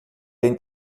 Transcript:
bem